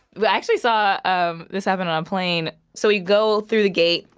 we actually saw um this happen on a plane. so we go through the gate.